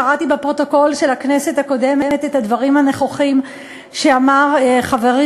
קראתי בפרוטוקול של הכנסת הקודמת את הדברים הנכוחים שאמר חברי